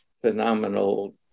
phenomenal